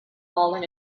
fallen